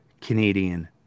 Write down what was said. Canadian